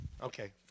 Okay